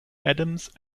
adams